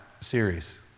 series